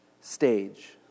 stage